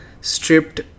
stripped